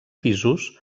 pisos